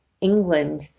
England